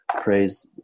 Praise